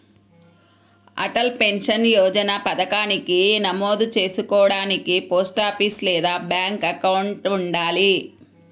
Atal pension Yojana పథకానికి నమోదు చేసుకోడానికి పోస్టాఫీస్ లేదా బ్యాంక్ అకౌంట్ ఉండాలి